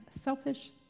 selfish